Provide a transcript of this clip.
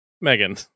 Megan